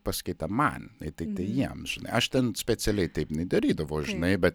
paskaita man ne tiktai jiem žinai aš ten specialiai taip nedarydavau žinai bet